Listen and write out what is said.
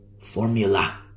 Formula